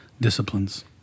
disciplines